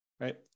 right